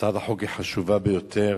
הצעת החוק היא חשובה ביותר.